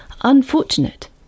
unfortunate